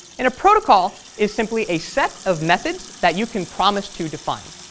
and a protocol is simply a set of methods that you can promise to define.